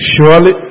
Surely